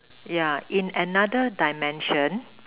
yeah in another dimension